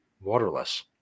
waterless